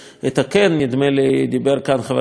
נדמה לי שדיבר כאן חבר הכנסת דב חנין על